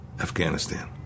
Afghanistan